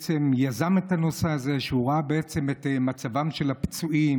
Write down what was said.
שיזם את הנושא הזה כשהוא ראה את מצבם של הפצועים,